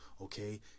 Okay